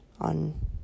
on